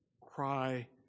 cry